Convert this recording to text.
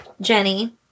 Jenny